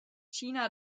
china